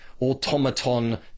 automaton